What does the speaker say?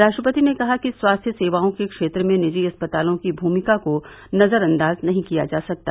राष्ट्रपति ने कहा कि स्वास्थ्य सेवाओं के क्षेत्र में निजी अस्पतालों की भूमिका को नज़रअन्दाज नहीं किया जा सकता